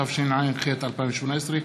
התשע"ח 2018,